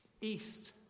east